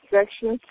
Section